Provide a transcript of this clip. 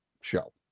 show